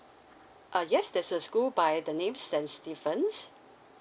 uh yes there's a school by the name S_T Stephen's